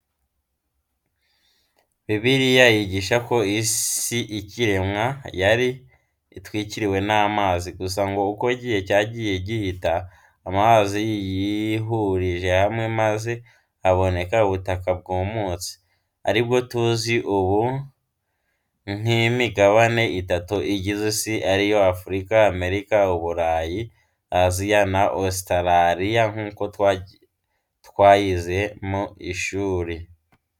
Bibiliya yigisha ko isi ikiremwa yari itwikiriwe n'amazi, gusa ngo uko igihe cyagiye gihita, amazi yihurije hamwe maze haboneka ubutaka bwumutse, aribwo tuzi ubu nk'imigabane itanu igize isi, ariyo: Afurika, Amerika, Uburayi, Aziya na Ositarariya nk'uko twayize mu ishuri.